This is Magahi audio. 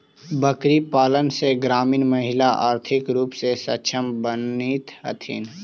बकरीपालन से ग्रामीण महिला आर्थिक रूप से सक्षम बनित हथीन